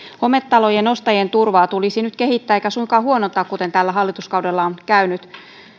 hometalojen ostajien turvaa tulisi nyt kehittää eikä suinkaan huonontaa kuten tällä hallituskaudella on käynyt